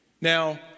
Now